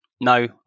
no